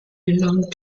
belonged